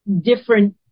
different